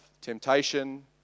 temptation